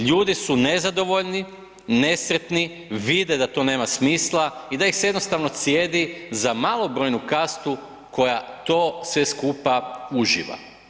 Ljudi su nezadovoljni, nesretni vide da to nema smisla i da ih se jednostavno cijedi za malobrojnu kastu koja to sve skupa uživa.